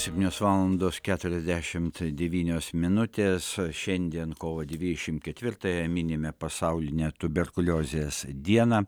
septynios valandos keturiasdešimt devynios minutės šiandien kovo dvidešim ketvirtąją minime pasaulinę tuberkuliozės dieną